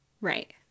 Right